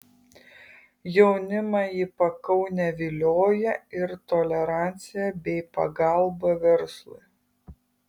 jaunimą į pakaunę vilioja ir tolerancija bei pagalba verslui